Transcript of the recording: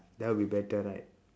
that will be better right